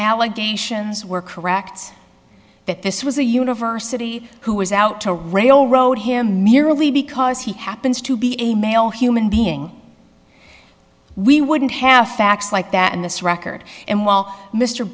allegations were correct that this was a university who was out to railroad him merely because he happens to be a male human being we wouldn't have facts like that in this record and while mr